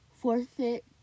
forfeit